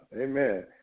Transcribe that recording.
Amen